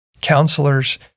Counselors